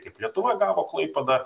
kaip lietuva gavo klaipėda